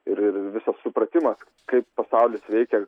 ir ir visas supratimas kaip pasaulis veikia